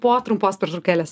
po trumpos pertraukėlės